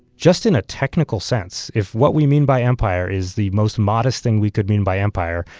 just in a technical sense, if what we mean by empire is the most modest thing we could mean by empire,